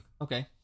Okay